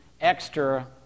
extra